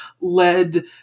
led